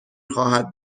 خواهد